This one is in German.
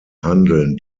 handeln